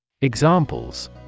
Examples